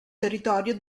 territorio